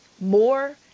more